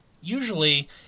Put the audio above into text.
usually